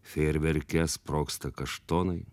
fejerverke sprogsta kaštonai